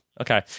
okay